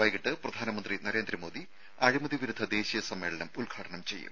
വൈകീട്ട് പ്രധാനമന്ത്രി നരേന്ദ്രമോദി അഴിമതി വിരുദ്ധ ദേശീയ സമ്മേളനം ഉദ്ഘാടനം ചെയ്യും